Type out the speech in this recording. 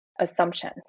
assumption